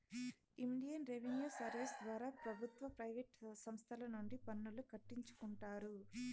Indian revenue service ద్వారా ప్రభుత్వ private సంస్తల నుండి పన్నులు కట్టించుకుంటారు